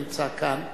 הנמצא כאן,